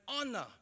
honor